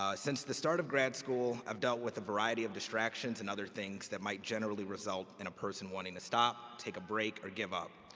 ah since the start of grad school, i've dealt with a variety of distractions and other things that might generally result in a person wanting to stop, take a break or give up.